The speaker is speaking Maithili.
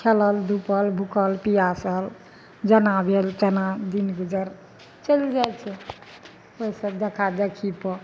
खेलल धुपल भूखल पियासल जेना भेल तेना दिन गुजर चलि जाइ छै ओइ सभ देखादेखी पर